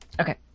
Okay